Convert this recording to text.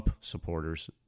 supporters